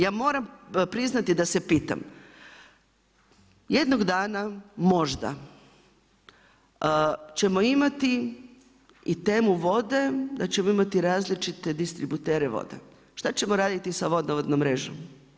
Ja moram priznati da se pitam jednog dana možda ćemo imati i temu vode da ćemo imati različite distributere vode, šta ćemo raditi sa vodovodnom mrežom?